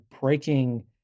breaking